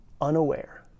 unaware